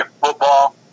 football